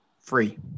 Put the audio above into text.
free